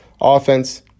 offense